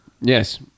Yes